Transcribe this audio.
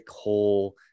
Hole